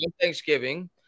Thanksgiving